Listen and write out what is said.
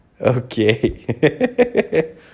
Okay